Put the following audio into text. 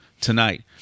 Tonight